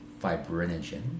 fibrinogen